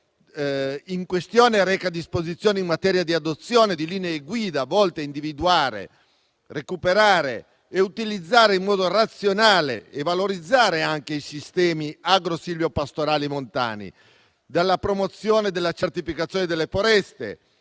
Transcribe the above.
in questione reca disposizioni in materia di adozione di linee guida volte a individuare, recuperare, utilizzare in modo razionale e anche valorizzare i sistemi agrosilvopastorali montani, dalla promozione della certificazione delle foreste